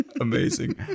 amazing